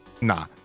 Nah